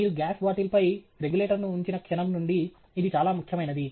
మీరు గ్యాస్ బాటిల్పై రెగ్యులేటర్ను ఉంచిన క్షణం నుండి ఇది చాలా ముఖ్యమైనది